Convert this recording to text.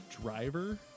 driver